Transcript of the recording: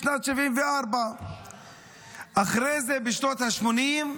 בשנת 1974. אחרי זה, בשנות השמונים,